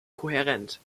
kohärent